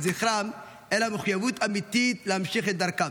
זכרם אלא מחויבות אמיתית להמשיך את דרכם,